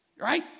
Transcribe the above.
right